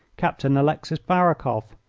captain alexis barakoff.